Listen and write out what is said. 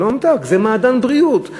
זה לא ממתק, זה מעדן בריאות.